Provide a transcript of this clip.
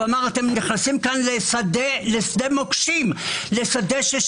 ואמר: אתם נכנסים פה לשדה מוקשים והופכים